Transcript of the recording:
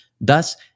Thus